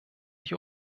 die